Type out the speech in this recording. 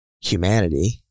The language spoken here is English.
humanity